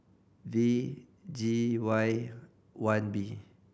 V G Y one B